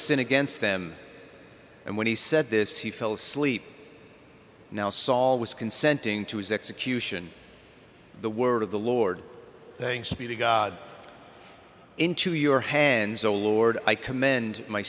sin against them and when he said this he fell asleep now saul was consenting to his execution the word of the lord thanks be to god into your hands oh lord i commend my